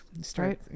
Start